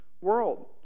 world